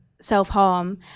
self-harm